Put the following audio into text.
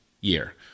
year